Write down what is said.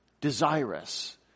desirous